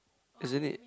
isn't it